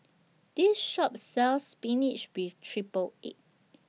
This Shop sells Spinach with Triple Egg